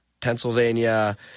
Pennsylvania